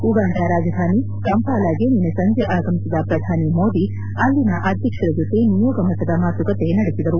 Uganda ರಾಜಧಾನಿ ಕಂಪಾಲಾಗೆ ನಿನ್ನೆ ಸಂಜೆ ಆಗಮಿಸಿದ ಪ್ರಧಾನಿ ಮೋದಿ ಅಲ್ಲಿನ ಅಧ್ಯಕ್ಷರ ಜೊತೆ ನಿಯೋಗ ಮಟ್ಟದ ಮಾತುಕತೆ ನಡೆಸಿದರು